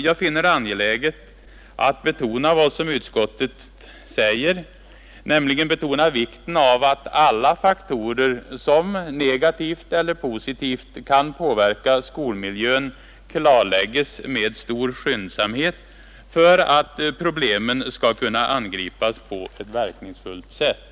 Jag finner det angeläget att, liksom utskottet, betona vikten av att alla faktorer som negativt eller positivt kan påverka skolmiljön klarlägges med stor skyndsamhet för att problemen skall kunna angripas på ett verkningsfullt sätt.